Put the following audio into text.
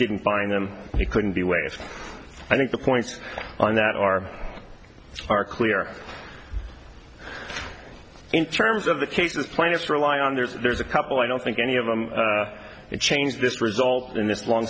can find them they couldn't be waived i think the points on that are are clear in terms of the cases planets rely on there's there's a couple i don't think any of them change this result in this long